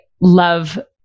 love